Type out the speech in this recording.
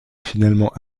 finalement